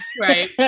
Right